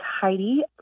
Heidi